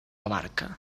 abarca